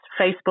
Facebook